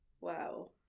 Wow